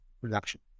production